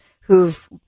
who've